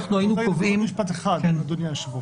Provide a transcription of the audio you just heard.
עוד משפט אחד, אדוני היושב ראש.